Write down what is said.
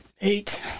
eight